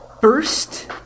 First